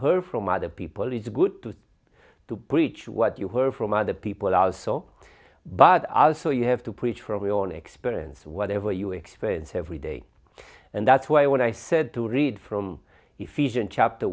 heard from other people it's good to to preach what you heard from other people are so but others so you have to preach from your own experience whatever you experience every day and that's why when i said to read from efficient chapter